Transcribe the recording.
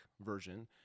version